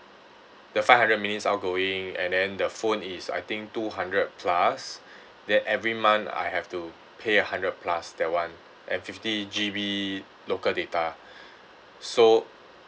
the five hundred minutes outgoing and then the phone is I think two hundred plus then every month I have to pay a hundred plus that [one] and fifty G_B local data so